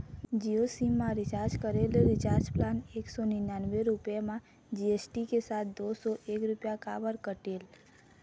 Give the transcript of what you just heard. Jio sim मा recharge करे ले रिचार्ज प्लान एक सौ निन्यानबे रुपए मा जी.एस.टी के साथ दो सौ एक रुपया काबर कटेल?